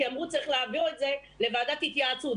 כי אמרו: צריך להעביר את זה לוועדת התייעצות.